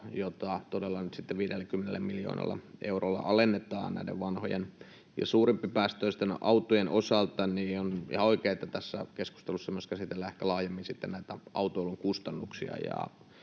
jota todella 50 miljoonalla eurolla alennetaan näiden vanhojen ja suurempipäästöisten autojen osalta, niin on ihan oikein, että tässä keskustelussa myös käsitellään ehkä laajemmin näitä autoilun kustannuksia.